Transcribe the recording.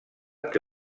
que